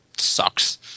sucks